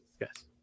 yes